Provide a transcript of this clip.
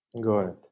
Good